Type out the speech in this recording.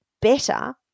better